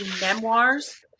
memoirs